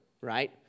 right